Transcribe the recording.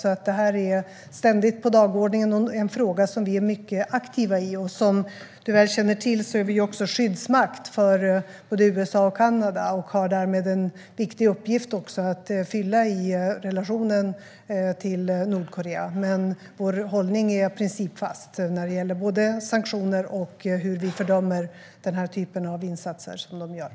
Det är en fråga som ständigt är på dagordningen och som vi är mycket aktiva i. Och som du väl känner till är vi skyddsmakt för både USA och Kanada och har därmed en viktig uppgift att fylla i relationen till Nordkorea. Men vår hållning är principfast när det gäller både sanktioner och hur vi fördömer den här typen av insatser från deras sida.